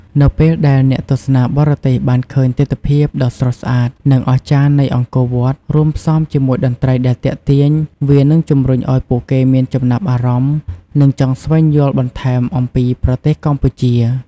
នៅពេលដែលអ្នកទស្សនាបរទេសបានឃើញទិដ្ឋភាពដ៏ស្រស់ស្អាត និងអស្ចារ្យនៃអង្គរវត្ត រួមផ្សំជាមួយតន្ត្រីដែលទាក់ទាញ វានឹងជំរុញឲ្យពួកគេមានចំណាប់អារម្មណ៍ និងចង់ស្វែងយល់បន្ថែមអំពីប្រទេសកម្ពុជា។